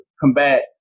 combat